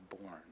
born